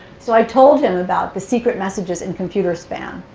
so i told him about the secret messages in computer spam.